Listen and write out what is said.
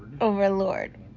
Overlord